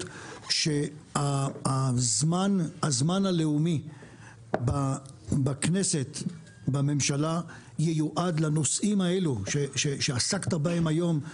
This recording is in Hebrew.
שהזמן הלאומי בכנסת ובממשלה ייועד לנושאים האלו שעסקת בהם היום,